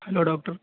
hello doctor